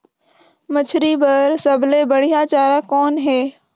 मछरी बर सबले बढ़िया चारा कौन हे?